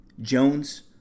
Jones